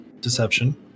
deception